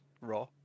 raw